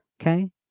Okay